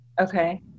Okay